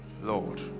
Lord